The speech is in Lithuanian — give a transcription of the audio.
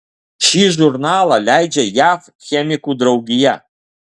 šį žurnalą leidžia jav chemikų draugija